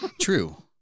true